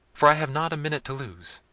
for i have not a minute to lose.